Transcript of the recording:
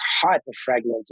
hyper-fragmented